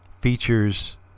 features